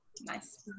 Nice